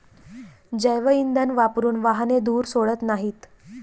जैवइंधन वापरून वाहने धूर सोडत नाहीत